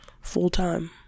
full-time